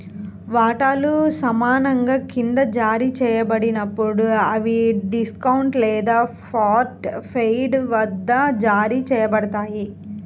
వాటాలు సమానంగా క్రింద జారీ చేయబడినప్పుడు, అవి డిస్కౌంట్ లేదా పార్ట్ పెయిడ్ వద్ద జారీ చేయబడతాయి